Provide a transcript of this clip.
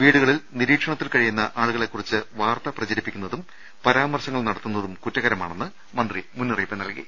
വീടുകളിൽ നിരീക്ഷണത്തിൽ കഴിയുന്ന ആളുകളെക്കു റിച്ച് വാർത്ത പ്രചരിപ്പിക്കുന്നതും പരാമർശങ്ങൾ നട ത്തുന്നതും കുറ്റകരമാണെന്ന് മന്ത്രി മുന്നറിയിപ്പ് നൽകി